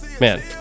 Man